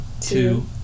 two